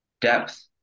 depth